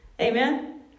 Amen